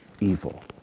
evil